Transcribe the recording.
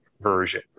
version